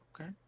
Okay